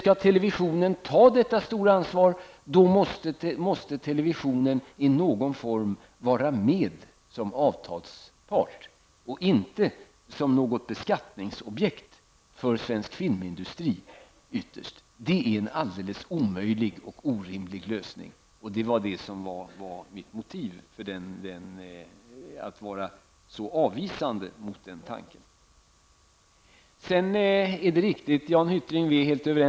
Om televisionen skall ta detta stora ansvar, måste televisionen i någon form vara med som avtalspart och inte som något beskattningsobjekt för svensk filmindustri. Detta vore en alldeles omöjlig och orimlig lösning. Det är därför som jag var så avvisande mot denna tanke. Jan Hyttring hade rätt. Vi är helt överens.